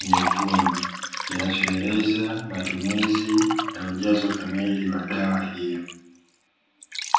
nyekundu, kinachoeleza matumizi na ujazo kamili wa dawa hiyo.